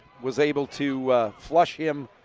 was able to flush him,